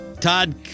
Todd